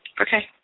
Okay